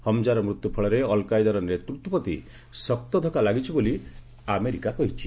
ହମକ୍କାର ମୃତ୍ୟୁ ଫଳରେ ଅଲକାଏଦାର ନେତୃତ୍ୱ ପ୍ରତି ଶକ୍ତ ଧକ୍କା ଲାଗିଛି ବୋଲି ଆମେରିକା କହିଛି